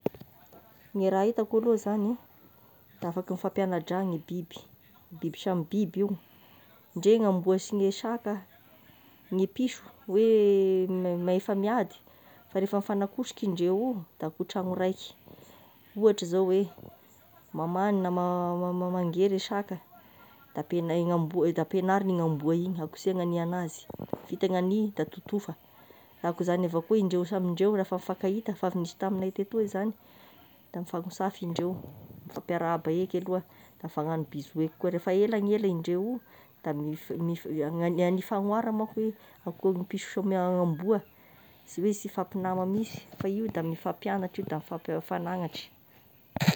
Ny raha itako aloha zagny a, da afaka mifampianadra ny biby, biby samy biby io, ndre gny amboa sy gny saka, gne piso hoe rehefa miady fa rehefa mifanakosiky indreo io da koa tragno raiky ohatry zao hoe mamagny na ma man- mangery i saka de ampinany- ampiagnariny igny amboa igny da akosehigna ny azy, vita gny agnia da totofa, da akoa zany avao koa indreo samy indreo rehefa mifankahita efa avy nisy tamignay tetoy zany da mifampisafa indreo, mifampiarahaba eky aloha da mifagnano bisou eiky koa, rehefa ela ny ela indreo io de ny mifa- agna- mifa- mifanohara manko oe, akoa ny piso zao miaro amboa sy hoe sy hifampignama mitsy, fa io da mifammpiagnatry io mifagnagnatry.